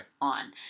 on